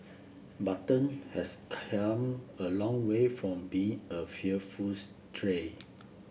button has come a long way from being a fearful stray